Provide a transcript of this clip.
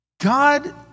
God